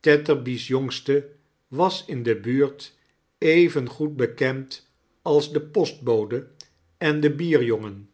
tetterby's jongste was in de buurt even goed bekend als de postbode en de bier jongen